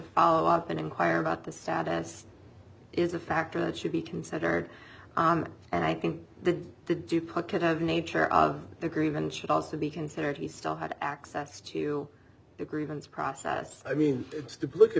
follow up and inquire about the status is a factor that should be considered on and i think that the duplicate of nature of the agreement should also be considered he still had access to the agreements process i mean